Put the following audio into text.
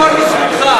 הכול בזכותך.